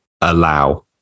allow